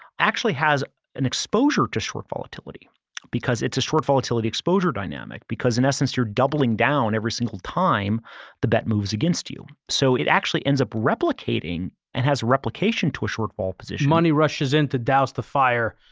actually has an exposure to short volatility because it's a short volatility exposure dynamic because in essence you're doubling down every single time the bet moves against you. so it actually ends up replicating and has replication to a shortfall position. money rushes in to douse the fire.